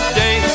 day